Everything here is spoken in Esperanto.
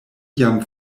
jam